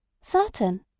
Certain